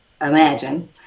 imagine